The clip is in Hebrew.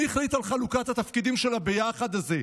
מי החליט על חלוקת התפקידים של הביחד הזה?